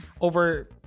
over